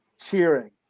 cheering